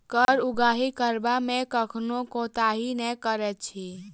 कर उगाही करबा मे कखनो कोताही नै करैत अछि